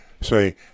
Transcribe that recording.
say